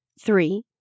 Three